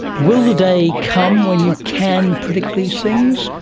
will the day come when you can predict these things?